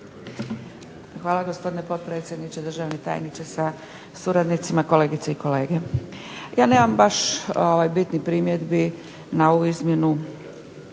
Hvala gospodine potpredsjedniče, državni tajniče sa suradnicima, kolegice i kolege. Ja nemam baš bitnih primjedbi na ovu izmjenu